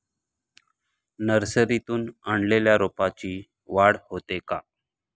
नर्सरीतून आणलेल्या रोपाची वाढ होते का?